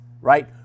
right